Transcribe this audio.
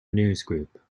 newsgroup